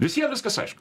visiem viskas aišku